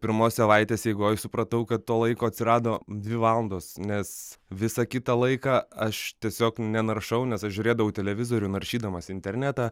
pirmos savaitės eigoj supratau kad to laiko atsirado dvi valandos nes visą kitą laiką aš tiesiog nenaršau nes aš žiūrėdavau televizorių naršydamas internetą